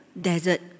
desert